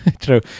true